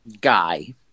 guy